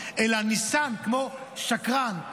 אלא ניסן כמו שקרן,